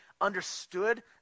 understood